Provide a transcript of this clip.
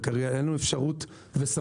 כרגע אין לנו אפשרות וסמכות.